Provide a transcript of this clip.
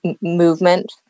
movement